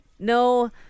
No